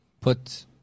put